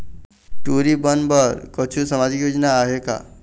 टूरी बन बर कछु सामाजिक योजना आहे का?